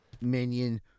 minion